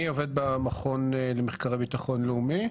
אני עובד במכון למחקרי ביטחון לאומי,